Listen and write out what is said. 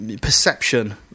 Perception